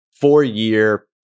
four-year